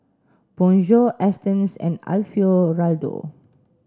Bonjour Astons and Alfio Raldo